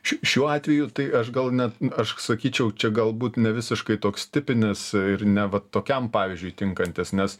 šiu šiuo atveju tai aš gal net aš sakyčiau čia galbūt ne visiškai toks tipinis ir ne va tokiam pavyzdžiui tinkantis nes